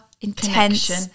intention